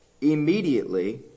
immediately